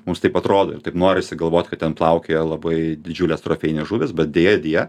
mums taip atrodo ir taip norisi galvot kad ten plaukioja labai didžiulės trofėjinės žuvys bet deja deja